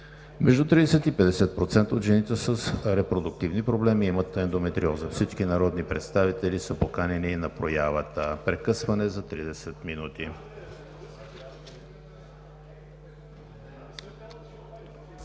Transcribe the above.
Между 30 и 50% от жените с репродуктивни проблеми имат ендометриоза. Всички народни представители са поканени на проявата. Прекъсване за тридесет минути.